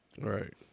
right